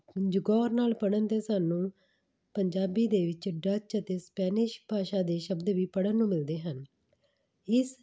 ਗੌਰ ਨਾਲ ਪੜ੍ਹਨ 'ਤੇ ਸਾਨੂੰ ਪੰਜਾਬੀ ਦੇ ਵਿੱਚ ਡੱਚ ਅਤੇ ਸਪੈਨਿਸ਼ ਭਾਸ਼ਾ ਦੇ ਸ਼ਬਦ ਵੀ ਪੜ੍ਹਨ ਨੂੰ ਮਿਲਦੇ ਹਨ ਇਸ